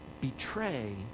betray